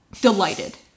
delighted